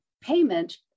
payment